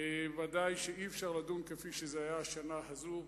ודאי שאי-אפשר לדון כפי שזה היה השנה הזאת.